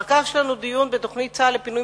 אחר כך יש לנו דיון בתוכנית צה"ל לפינוי